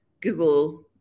Google